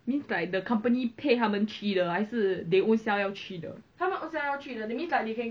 means like the company 配他们去的还是 they ownself 要去的